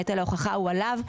נטל ההוכחה הוא עליו,